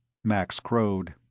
max crowed.